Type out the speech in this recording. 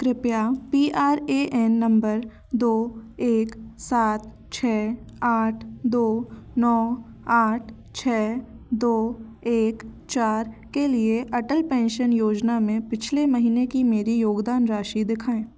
कृपया P R A N number दो एक सात छः आठ दो नौ आठ छः दो एक चार के लिए अटल पेंशन योजना में पिछले महीने की मेरी योगदान राशि दिखाएँ